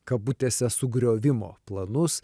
kabutėse sugriovimo planus